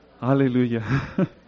Hallelujah